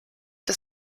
das